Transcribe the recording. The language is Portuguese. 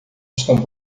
estão